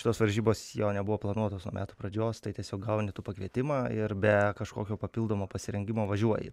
šitos varžybos jo nebuvo planuotos nuo metų pradžios tai tiesiog gauni tu pakvietimą ir be kažkokio papildomo pasirengimo važiuoji